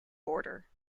border